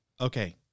Okay